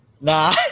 Nah